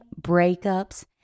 breakups